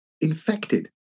infected